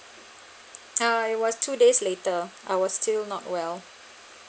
ah it was two days later I was still not well